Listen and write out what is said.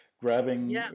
grabbing